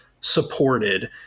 supported